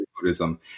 Buddhism